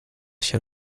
się